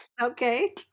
Okay